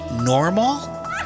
Normal